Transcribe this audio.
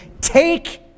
take